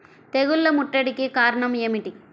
తెగుళ్ల ముట్టడికి కారణం ఏమిటి?